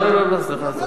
לא לא לא, סליחה.